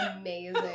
Amazing